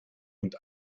und